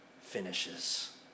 finishes